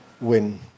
win